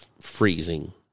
freezing